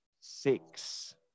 Six